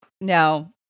now